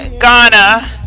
Ghana